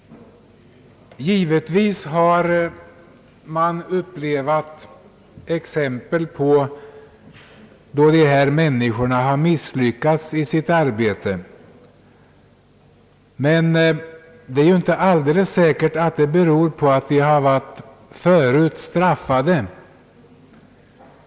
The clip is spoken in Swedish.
Givetvis har man upplevt fall då de har misslyckats i sitt arbete. Men det är inte alldeles säkert att det beror på att de varit straffade.